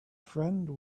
friend